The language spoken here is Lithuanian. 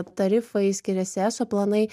tarifai skiriasi eso planai